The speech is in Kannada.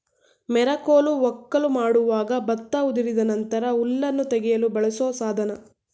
ಮೆರಕೋಲು ವಕ್ಕಲು ಮಾಡುವಾಗ ಭತ್ತ ಉದುರಿದ ನಂತರ ಹುಲ್ಲನ್ನು ತೆಗೆಯಲು ಬಳಸೋ ಸಾಧನ